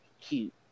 cute